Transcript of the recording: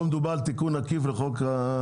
פה מדובר על תיקון עקיף לחוק.